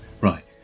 right